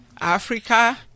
Africa